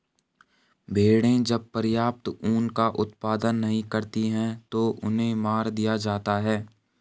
भेड़ें जब पर्याप्त ऊन का उत्पादन नहीं करती हैं तो उन्हें मार दिया जाता है